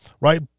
right